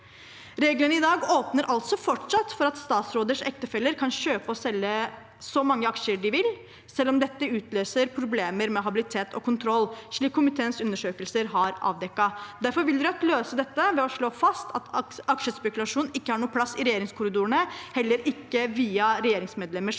Reglene i dag åpner altså fortsatt for at statsråders ektefeller kan kjøpe og selge så mange aksjer de vil, selv om dette utløser problemer med habilitet og kontroll, slik komiteens undersøkelser har avdekket. Derfor vil Rødt løse dette ved å slå fast at aksjespekulasjon ikke har noen plass i regjeringskorridorene, heller ikke via regjeringsmedlemmers